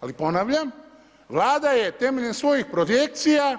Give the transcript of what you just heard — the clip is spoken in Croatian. Ali ponavljam, Vlada je temeljem svojih projekcija,